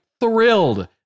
thrilled